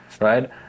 right